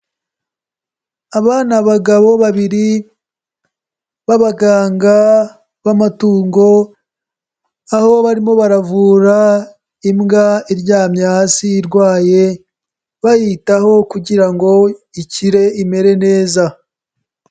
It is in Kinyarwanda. Aba ni abagabo babiri b'abaganga b'amatungo aho barimo baravura imbwa iryamye hasi irwaye bayitaho kugira ngo ikire imere neza.